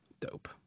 Dope